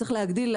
צריך להגדיל,